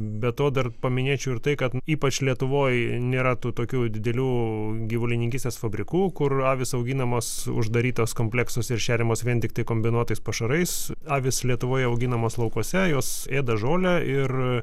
be to dar paminėčiau ir tai kad ypač lietuvoj nėra tų tokių didelių gyvulininkystės fabrikų kur avys auginamos uždarytos kompleksuose ir šeriamos vien tiktai kombinuotais pašarais avys lietuvoje auginamos laukuose jos ėda žolę ir